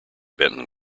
benton